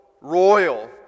royal